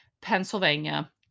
Pennsylvania